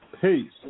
Peace